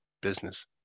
business